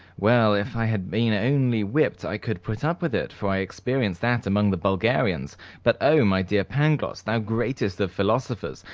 well, if i had been only whipped i could put up with it, for i experienced that among the bulgarians but oh, my dear pangloss! thou greatest of philosophers,